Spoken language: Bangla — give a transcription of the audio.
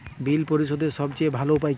বিল পরিশোধের সবচেয়ে ভালো উপায় কী?